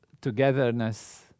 togetherness